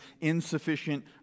insufficient